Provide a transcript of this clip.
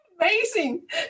amazing